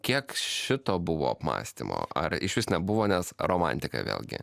kiek šito buvo apmąstymo ar iš vis nebuvo nes romantika vėlgi